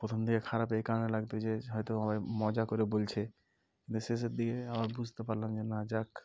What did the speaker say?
প্রথম দিকে খারাপ এই কারণে লাগত যে হয়তো এ মজা করে বলছে কিন্তু শেষের দিকে আবার বুঝতে পারলাম যে না যাক